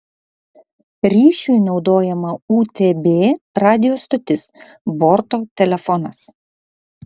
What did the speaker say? ryšiui naudojama utb radijo stotis borto telefonas